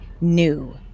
new